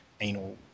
anal